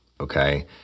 okay